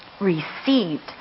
received